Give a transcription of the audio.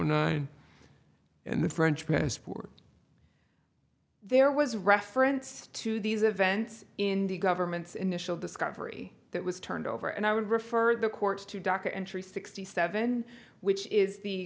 nine and the french passport there was reference to these events in the government's initial discovery that was turned over and i would refer the courts to dr entry sixty seven which is the